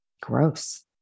Gross